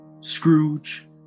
Scrooge